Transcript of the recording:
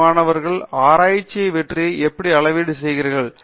D மாணவர்களின் ஆராய்ச்சி வெற்றியை எப்படி அளவீடு செய்வீர்கள்